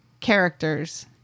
characters